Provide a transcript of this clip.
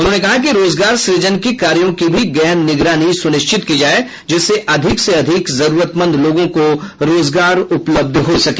उन्होंने कहा कि रोजगार सुजन के कार्यों की भी गहन निगरानी सुनिश्चित की जाय जिससे अधिक से अधिक जरूरतमंद लोगों को रोजगार उपलब्ध हो सके